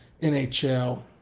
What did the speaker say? NHL